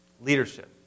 Leadership